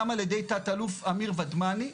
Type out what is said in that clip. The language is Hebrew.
גם על-ידי תת-אלוף אמיר ודמני,